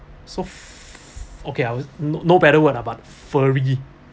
so f~ okay I no better word ah but fury